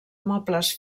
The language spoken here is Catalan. mobles